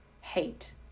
hate